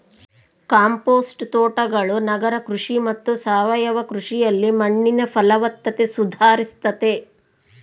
compost ತೋಟಗಳು ನಗರ ಕೃಷಿ ಮತ್ತು ಸಾವಯವ ಕೃಷಿಯಲ್ಲಿ ಮಣ್ಣಿನ ಫಲವತ್ತತೆ ಸುಧಾರಿಸ್ತತೆ